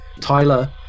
Tyler